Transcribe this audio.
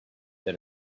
that